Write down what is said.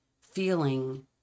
feeling